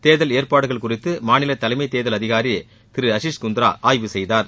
தேர்தல் ஏற்பாடுகள் குறித்து மாநில தலைமைத்தேர்தல் அதிகாரி திரு அஷிஷ் குந்த்ரா ஆய்வு செய்தார்